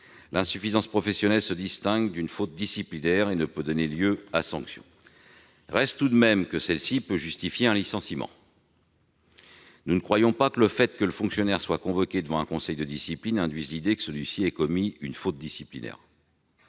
l'insuffisance professionnelle se distingue d'une faute disciplinaire et ne peut donner lieu à sanction. Reste tout de même qu'elle peut justifier un licenciement. Nous ne croyons pas que le fait que le fonctionnaire soit compliqué devant un conseil de discipline implique qu'il ait commis une faute disciplinaire.